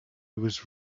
was